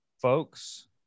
Folks